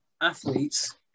athletes